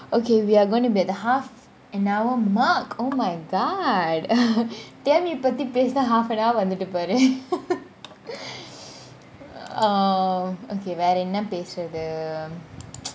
okay we are going to be the half an hour mark oh my god T_M_U பேசுனா :peasuna half an hour வந்துடுது பாரு வேற என்ன பத்தி பேசுறது :vanthuduthu paaru vera enna pathi peasurathu